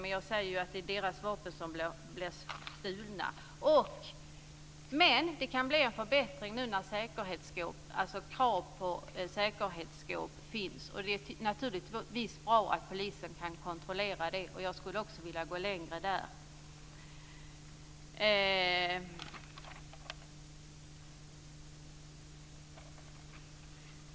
Men jag säger att det är deras vapen som blir stulna. Men det kan bli en förbättring nu när det finns krav på säkerhetsskåp för vapen. Det är naturligtvis bra att polisen kan kontrollera det. Jag skulle också vilja gå längre där.